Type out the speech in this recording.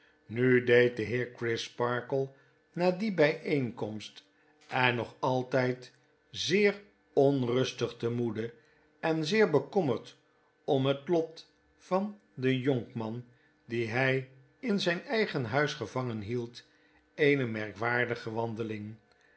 nu deed de heer crisparkle na die byeenkomst en nog altyd zeer onrustig te moede en zeer bekommerd om het lot van den jonkman dien hij in zyn eigen huis gevangen hield eene merkwaardige wandeling